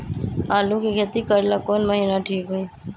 आलू के खेती करेला कौन महीना ठीक होई?